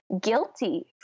guilty